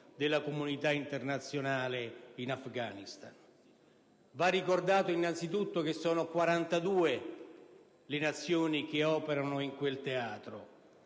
della comunità internazionale in Afghanistan. Va ricordato innanzitutto che sono 42 le Nazioni che operano in quel teatro,